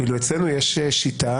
ואילו אצלנו יש שיטה,